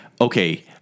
Okay